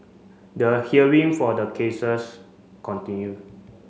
the hearing for the cases continue